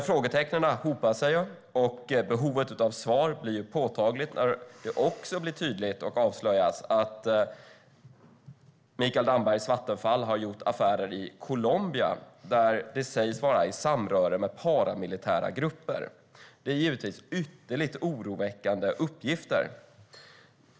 Frågetecknen hopar sig som sagt, och behovet av svar blir påtagligt när det också avslöjas att Mikael Dambergs Vattenfall har gjort affärer i Colombia och, sägs det, i samröre med paramilitära grupper. Det är givetvis ytterligt oroväckande uppgifter.